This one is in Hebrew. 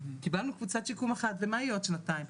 קיבלנו קבוצת שיקום אחת ומה יהיה עוד שנתיים?